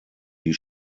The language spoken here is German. die